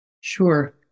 Sure